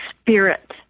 spirit